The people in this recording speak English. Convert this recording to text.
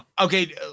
Okay